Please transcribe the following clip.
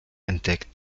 entdeckt